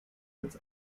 als